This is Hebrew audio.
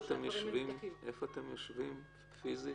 איפה אתם יושבים פיזית?